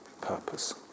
purpose